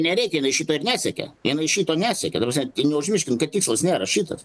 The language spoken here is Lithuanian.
nereikia jinai šito ir nesiekė jinai šito nesiekė ta prasme tai neužmirškim kad tikslas nėra šitas